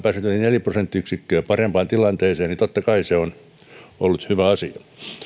neljä prosenttiyksikköä parempaan tilanteeseen niin totta kai se on ollut hyvä asia